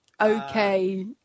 okay